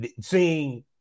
seeing